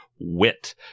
wit